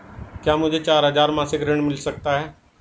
क्या मुझे चार हजार मासिक ऋण मिल सकता है?